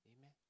Amen